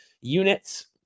units